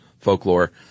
folklore